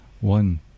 one